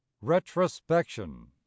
Retrospection